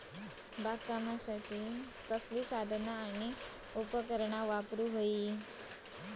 बागकामासाठी कसली साधना आणि उपकरणा वापरतत?